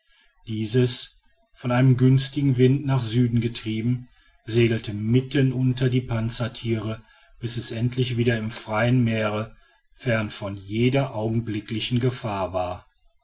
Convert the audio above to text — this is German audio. dieses von einem günstigen winde nach süden getrieben segelte mitten unter die panzertiere bis es endlich wieder im freien meere fern von jeder augenblicklichen gefahr war